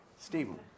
Stephen